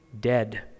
dead